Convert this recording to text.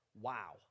Wow